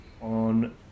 on